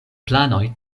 planoj